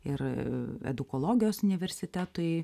ir edukologijos universitetui